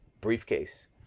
briefcase